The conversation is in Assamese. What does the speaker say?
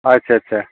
আচ্ছা আচ্ছা